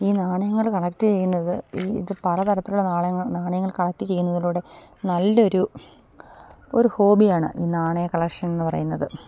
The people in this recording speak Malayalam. ഈ നാണയങ്ങൾ കളക്ട് ചെയ്യുന്നത് ഈ ഇത് പല തരത്തിലുള്ള നാണയങ്ങൾ നാണയങ്ങൾ കളക്ട് ചെയ്യുന്നതിലൂടെ നല്ലൊരു ഒരു ഹോബിയാണ് ഈ നാണയ കളക്ഷനെന്നു പറയുന്നത്